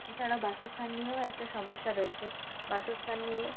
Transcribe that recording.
এছাড়া বাসস্থান নিয়েও একটা সমস্যা রয়েছে বাসস্থান নিয়ে